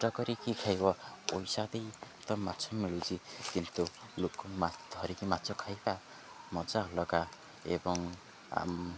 କଷ୍ଟ କରିକି ଖାଇବ ପଇସା ଦେଇ ତ ମାଛ ମିଳୁଛି କିନ୍ତୁ ଲୋକ ମା ଧରିକି ମାଛ ଖାଇବା ମଜା ଅଲଗା ଏବଂ